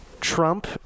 Trump